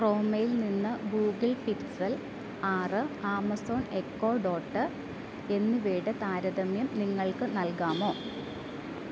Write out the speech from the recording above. ക്രോമയിൽ നിന്ന് Google Pixel ആറ് Amazon Echo Dot എന്നിവയുടെ താരതമ്യം നിങ്ങൾക്ക് നൽകാമോ